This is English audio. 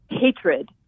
hatred